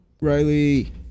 Riley